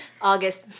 August